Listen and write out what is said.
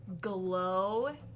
glow